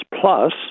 plus